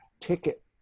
ticket